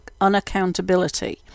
unaccountability